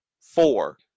four